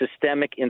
systemic